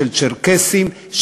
של צ'רקסים,